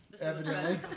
evidently